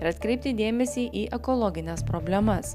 ir atkreipti dėmesį į ekologines problemas